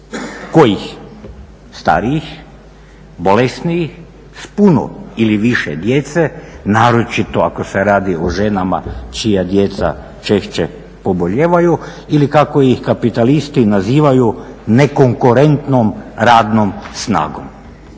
Kojih? Starijih, bolesnijih, s puno ili više djece, naročito ako se radi o ženama čija djeca češće pobolijevaju ili kako ih kapitalisti nazivaju nekonkurentnom radnom snagom.